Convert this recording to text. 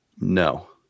No